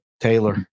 Taylor